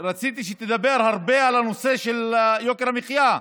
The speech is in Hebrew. רציתי שתדבר הרבה על הנושא של יוקר המחיה.